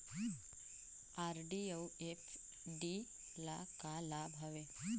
RD अऊ FD ल का लाभ हवे?